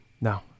no